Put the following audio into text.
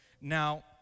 Now